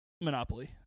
Monopoly